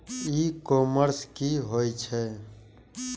ई commerce की होय छेय?